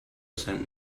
sent